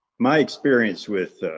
my experience with ah,